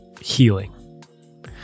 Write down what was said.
healing